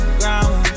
ground